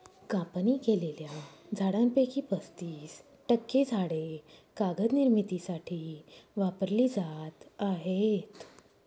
कापणी केलेल्या झाडांपैकी पस्तीस टक्के झाडे कागद निर्मितीसाठी वापरली जात आहेत